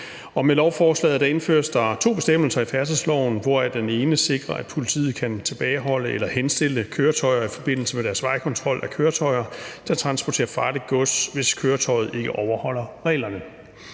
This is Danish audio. Med lovforslaget indføres der to bestemmelser i færdselsloven, hvoraf den ene sikrer, at politiet kan tilbageholde eller henstille køretøjer i forbindelse med deres vejkontrol af køretøjer, der transporterer farligt gods, hvis køretøjet ikke overholder reglerne.